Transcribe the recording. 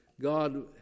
God